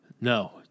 No